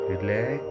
Relax